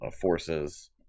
forces